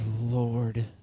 lord